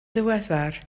ddiweddar